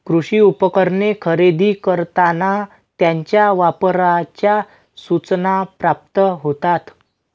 कृषी उपकरणे खरेदी करताना त्यांच्या वापराच्या सूचना प्राप्त होतात